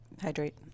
hydrate